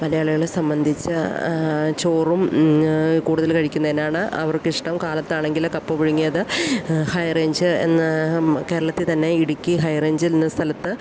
മലയാളികളെ സംബന്ധിച്ച് ചോറും കൂടുതല് കഴിക്കുന്നത് തന്നെയാണ് അവർക്കിഷ്ടം കാലത്താണെങ്കില് കപ്പ പുഴുങ്ങിയത് ഹൈ റേഞ്ച് എന്നാ കേരളത്തിൽ തന്നെ ഇടുക്കി ഹൈ റേഞ്ചിൽ എന്ന സ്ഥലത്ത്